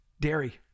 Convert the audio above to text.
dairy